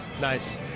Nice